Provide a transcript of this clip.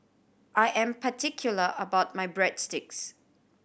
I am particular about my Breadsticks